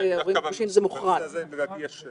שלושה שבועות ולצפות שהוא באמת יעמוד בהנחיות האלה?